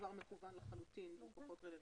שכבר מקוון לחלוטין והוא פחות רלוונטי.